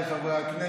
לא, תודה רבה.